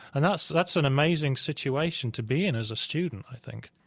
and that's that's an amazing situation to be in as a student, i think